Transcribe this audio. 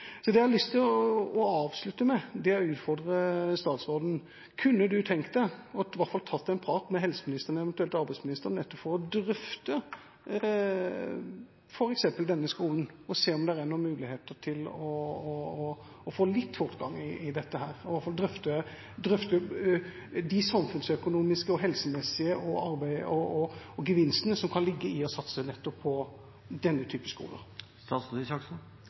Det jeg har lyst til å avslutte med, er å utfordre statsråden: Kunne han tenkt seg i hvert fall å ta en prat med helseministeren, eventuelt arbeidsministeren, nettopp for å drøfte f.eks. denne skolen og se om det er noen muligheter for å få litt fortgang i dette – i hvert fall drøfte de samfunnsøkonomiske og helsemessige gevinstene som kan ligge i å satse nettopp på denne type